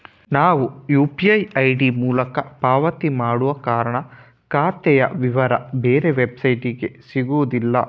ನಾವು UPI ID ಮೂಲಕ ಪಾವತಿ ಮಾಡುವ ಕಾರಣ ಖಾತೆಯ ವಿವರ ಬೇರೆ ವೆಬ್ಸೈಟಿಗೆ ಸಿಗುದಿಲ್ಲ